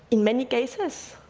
in many cases,